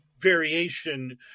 variation